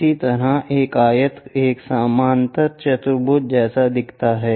इसी तरह एक आयत एक समांतर चतुर्भुज जैसा दिखता है